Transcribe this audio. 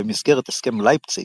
במסגרת הסכם לייפציג,